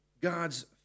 God's